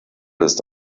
ist